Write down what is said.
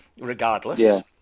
regardless